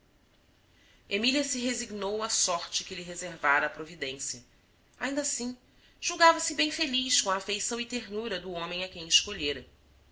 emília se resignou à sorte que lhe reservara a providência ainda assim julgava-se bem feliz com a afeição e ternura do homem a quem escolhera